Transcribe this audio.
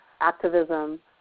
activism